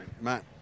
Matt